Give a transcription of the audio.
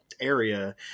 area